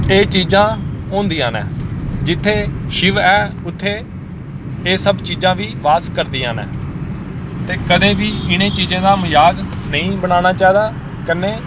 एह् चीजां होंदियां न जित्थें शिव ऐ उत्थें एह् सब चीजां बी वास करदियां न ते कदें बी इनें चीजें दा मजाक निं बनाना चाहिदा कन्नै